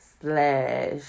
slash